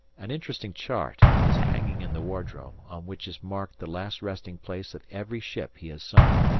an interesting chart is hanging in the wardroom, on which is marked the last resting-place of every ship he has sunk.